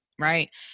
right